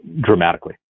dramatically